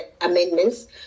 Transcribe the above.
amendments